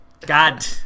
god